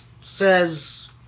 says